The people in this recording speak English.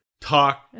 talk